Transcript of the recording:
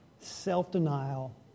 Self-denial